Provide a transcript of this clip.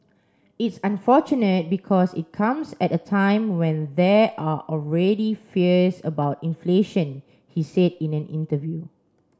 it's unfortunate because it comes at a time when there are already fears about inflation he said in an interview